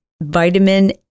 vitamin